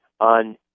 on